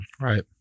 Right